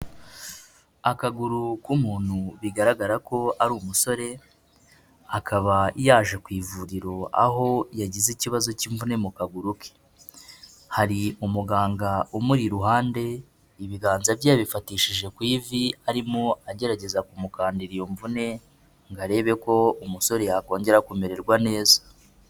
Akaguru k'umuntu bigaragara ko ari umusore, akaba yaje ku ivuriro, aho yagize ikibazo cy'imvune mu kaguru ke. Hari umuganga umuri iruhande, ibiganza bye yabifatishije ku ivi arimo agerageza kumukandi iyo mvune ngo arebe ko umusore yakongera kumererwa neza.